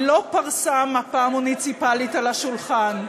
היא לא פרסה מפה מוניציפלית על השולחן,